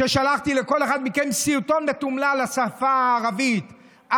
ששלחתי לכל אחד מכם סרטון מתומלל לשפה הערבית.